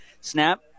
snap